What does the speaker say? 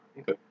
Okay